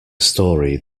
story